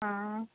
हँ